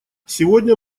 сегодня